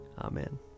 Amen